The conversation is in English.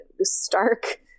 stark